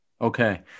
Okay